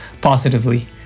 positively